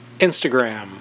Instagram